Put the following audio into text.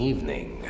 Evening